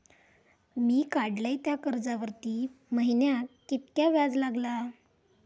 मी काडलय त्या कर्जावरती महिन्याक कीतक्या व्याज लागला?